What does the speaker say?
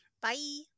Bye